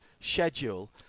schedule